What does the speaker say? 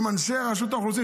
עם אנשי רשות האוכלוסין,